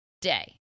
day